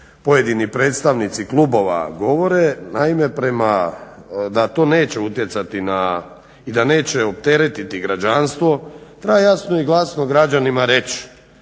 pojedini predstavnici klubova govore da to neće utjecati i da neće opteretiti građanstvo, treba jasno i glasno građanima reći,